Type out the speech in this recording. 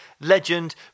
legend